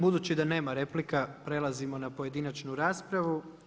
Budući da nema replika prelazimo na pojedinačnu raspravu.